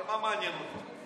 אבל מה מעניין אותו?